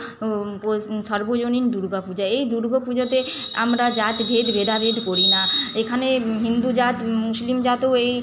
পশ সার্বজনীন দুর্গা পূজা এই দুর্গ পুজোতে আমরা জাত ভেদ ভেদাভেদ করি না এখানে হিন্দু জাত মুসলিম জাতও এই